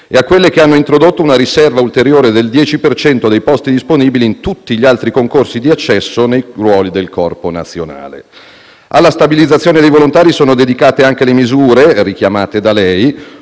e a quelle che hanno introdotto un'ulteriore riserva del 10 per cento dei posti disponibili in tutti gli altri concorsi di accesso nei ruoli del Corpo nazionale. Alla stabilizzazione dei volontari sono dedicate anche le misure - richiamate